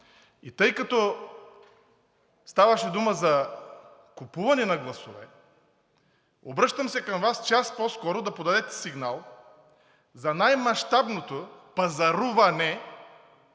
И тъй като ставаше дума за купуване на гласове, обръщам се към Вас час по-скоро да подадете сигнал за най-мащабното пазаруване